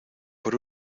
por